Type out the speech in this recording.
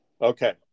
Okay